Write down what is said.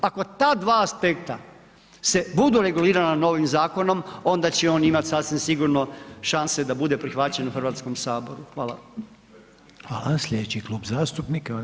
Ako ta dva aspekta se budu regulirala novim zakonom, onda će on imati sasvim sigurno šanse da bude prihvaćen u Hrvatskom saboru, hvala.